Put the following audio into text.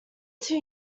two